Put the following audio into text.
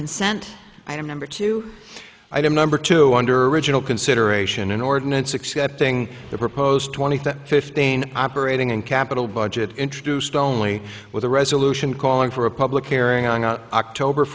consent item number two item number two under original consideration an ordinance accepting the proposed twenty fifteen operating and capital budget introduced only with a resolution calling for a public airing on october